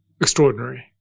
extraordinary